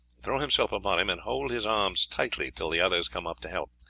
throw himself upon him and hold his arms tightly till the others come up to help.